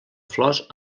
flors